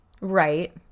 Right